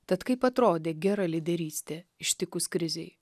tad kaip atrodė gera lyderystė ištikus krizei